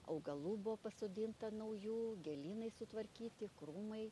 augalų buvo pasodinta naujų gėlynai sutvarkyti krūmai